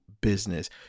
business